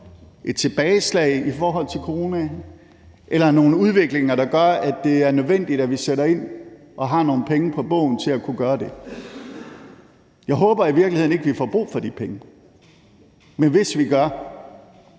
et tilbageslag i forhold til corona eller nogle udviklinger, der gør, at det er nødvendigt, at vi sætter ind og har nogle penge på bogen til at kunne gøre det. Jeg håber i virkeligheden ikke, vi får brug for de penge, men hvis vi gør,